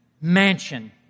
mansion